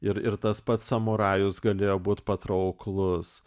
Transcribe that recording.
ir ir tas pats samurajus galėjo būt patrauklus